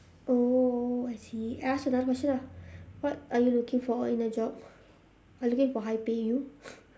oh I see I ask another question ah what are you looking for in a job I looking for high pay you